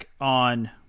on